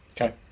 Okay